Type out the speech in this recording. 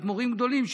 אדמו"רים גדולים,